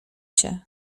się